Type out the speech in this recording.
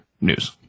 News